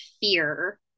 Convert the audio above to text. fear